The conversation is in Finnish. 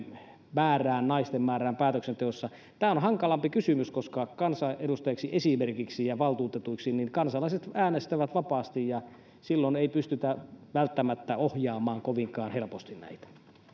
määrään naisten määrään päätöksenteossa tämä on hankalampi kysymys koska esimerkiksi kansanedustajaksi ja valtuutetuksi kansalaiset äänestävät vapaasti ja silloin ei pystytä välttämättä ohjaamaan kovinkaan helposti näitä